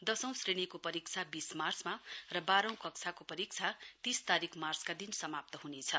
दशौं क्षेणीको परीक्षा बीस मार्चका र बाह्रौं कक्षाको परीक्षा तीस तारीक मार्चका दिन समाप्त हुनेछ